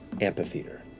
amphitheater